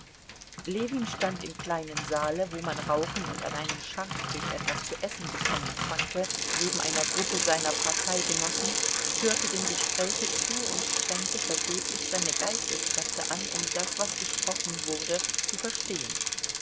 ljewin stand im kleinen saale wo man rauchen und an einem schanktisch etwas zu essen bekommen konnte neben einer gruppe seiner parteigenossen hörte dem gespräche zu und strengte vergeblich seine geisteskräfte an um das was gesprochen wurde zu verstehen